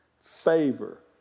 favor